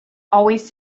always